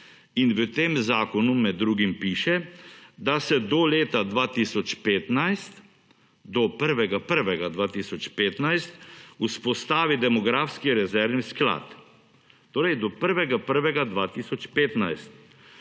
in v tem zakonu med drugim piše, da se do leta 2015 do 1. 1. 2015 vzpostavi demografski rezervni sklad, torej do 1. 1. 2015.